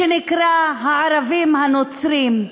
שנקרא הערבים הנוצרים,